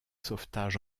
sauvetage